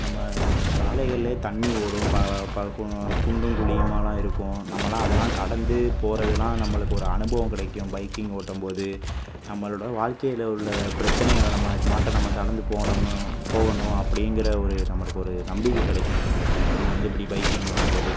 நம்ம சாலைகளிலே தண்ணி ஓடும் பா பார்க்குனு குண்டும் குழியுமாலாம் இருக்கும் நம்மளால் அதெலாம் கடந்து போகிறதுலாம் நம்மளுக்கு ஒரு அனுபவம் கிடைக்கும் பைக்கிங் ஓட்டும்போது நம்மளுடை வாழ்க்கையில் உள்ள பிரச்சினைகள நம்ம இதுமாட்ட நம்ம கடந்து போகனு போகணும் அப்படிங்கிற ஒரு நம்மளுக்கு ஒரு நம்பிக்கை கிடைக்கும் நம்ம வந்து இப்படி பைக்கிங் பண்ணும்போது